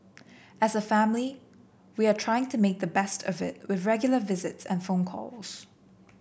as a family we are trying to make the best of it with regular visits and phone calls